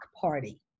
party